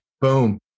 boom